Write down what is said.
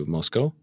Moscow